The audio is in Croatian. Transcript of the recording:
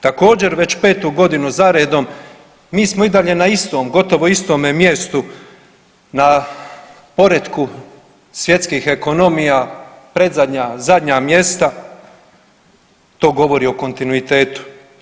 Također već 5. godinu za redom, mi smo i dalje na istom, gotovo istome mjestu, na poretku svjetskih ekonomija, predzadnja, zadnja mjesta, to govori o kontinuitetu.